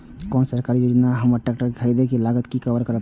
कोन सरकारी योजना हमर ट्रेकटर के खरीदय के लागत के कवर करतय?